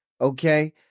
Okay